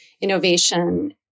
innovation